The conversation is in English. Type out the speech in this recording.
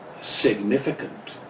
significant